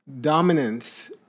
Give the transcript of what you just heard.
dominance